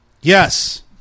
Yes